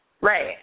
Right